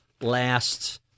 last